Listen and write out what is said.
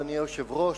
אדוני היושב-ראש,